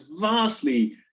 vastly